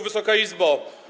Wysoka Izbo!